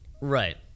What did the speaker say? Right